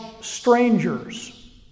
strangers